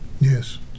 Yes